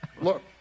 look